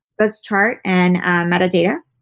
that's chart and metadata,